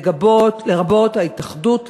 לרבות ההתאחדות לכדורגל,